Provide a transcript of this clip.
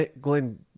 Glenn